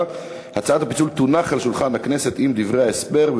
הצעת הפיצול תונח על שולחן הכנסת עם דברי הסבר,